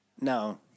no